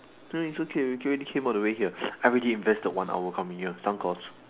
no it's okay we can already came all the way here I already invested one hour coming here thank god